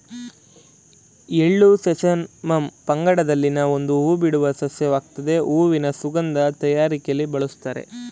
ಎಳ್ಳು ಸೆಸಮಮ್ ಪಂಗಡದಲ್ಲಿನ ಒಂದು ಹೂಬಿಡುವ ಸಸ್ಯವಾಗಾಯ್ತೆ ಹೂವಿನ ಸುಗಂಧ ತಯಾರಿಕೆಲಿ ಬಳುಸ್ತಾರೆ